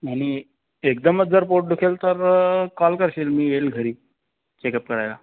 आणि एकदमच जर पोट दुखेल तर कॉल करशील मी येईल घरी चेकअप करायला